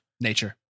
nature